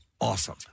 awesome